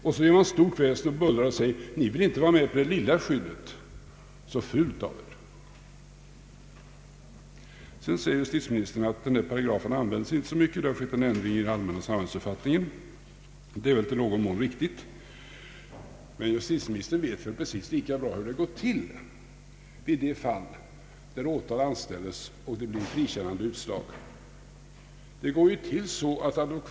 Och så gör man stort väsen, bullrar och säger: Ni vill inte vara med om det lilla skyddet, så fult av er! Justitieministern säger att paragrafen i fråga inte används så mycket, det har skett en ändring i den allmänna samhällsuppfattningen. Men justitieministern vet likaväl som jag hur det går till i de fall det blir åtal och utslaget blir frikännande.